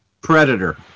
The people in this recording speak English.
Predator